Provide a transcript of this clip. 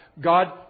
god